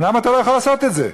למה אתה לא יכול לעשות את זה?